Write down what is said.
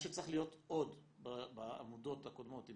מה שצריך להיות עוד בעמודות הקודמות אם